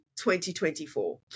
2024